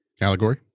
Allegory